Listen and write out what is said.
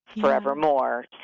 forevermore